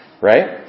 right